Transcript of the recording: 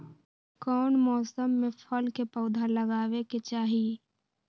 कौन मौसम में फल के पौधा लगाबे के चाहि?